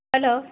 hello